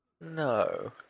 No